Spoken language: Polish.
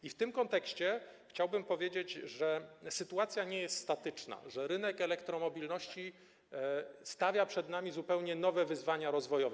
I w tym kontekście chciałbym powiedzieć, że sytuacja nie jest statyczna, że rynek elektromobilności stawia przed nami zupełnie nowe wyzwania rozwojowe.